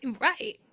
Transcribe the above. Right